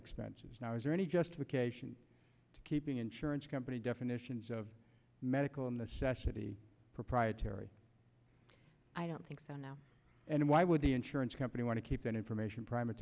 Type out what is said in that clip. expenses now is there any justification to keeping insurance company definitions of medical necessity proprietary i don't think so now and why would the insurance company want to keep that information pr